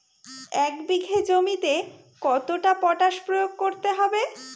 এক বিঘে জমিতে কতটা পটাশ প্রয়োগ করতে হবে?